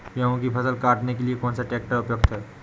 गेहूँ की फसल काटने के लिए कौन सा ट्रैक्टर उपयुक्त है?